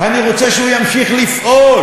אני רוצה שהוא ימשיך לפעול,